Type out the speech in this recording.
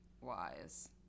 wise